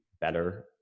better